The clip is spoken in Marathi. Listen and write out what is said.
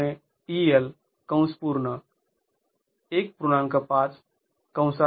उदाहरणार्थ तुम्हाला १